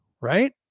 Right